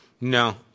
No